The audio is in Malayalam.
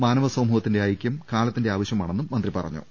മാനവസ മൂഹത്തിന്റെ ഐക്യം കാലത്തിന്റെ ആവശ്യമാണെന്നും മന്ത്രി പറഞ്ഞു